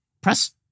press